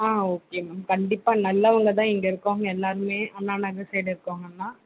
ஆ okay ma'am கண்டிப்பாக நல்லவங்க தான் இங்கே இருக்கவங்க எல்லாருமே அண்ணாநகர் சைடு இருக்கவங்களாம்